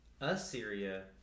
Assyria